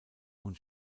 und